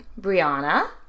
Brianna